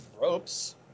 ropes